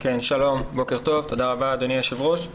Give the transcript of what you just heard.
שלום, בוקר טוב, תודה רבה אדוני היושב ראש.